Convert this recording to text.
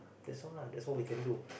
that's what that's what we can do